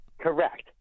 Correct